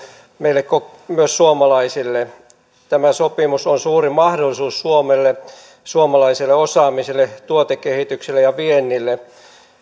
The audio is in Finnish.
meille suomalaisille tämä sopimus on suuri mahdollisuus suomelle suomalaiselle osaamiselle tuotekehitykselle ja viennille